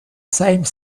same